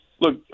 look